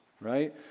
right